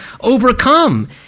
overcome